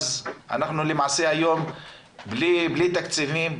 היום אנחנו בלי תקציבים,